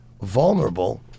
vulnerable